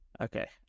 Okay